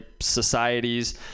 societies